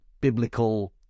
biblical